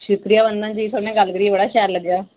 शुक्रिया वदंना जी थुआढ़े कन्नै गल्ल करी बड़ा शैल लग्गेआ